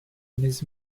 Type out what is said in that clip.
his